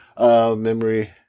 memory